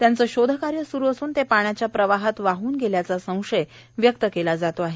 त्याचं शोधकार्य सुरु असून ते पाण्याच्या प्रवाहात वाह्न गेल्याचा संशय व्यक्त केला जात आहे